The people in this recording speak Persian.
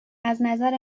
ازنظر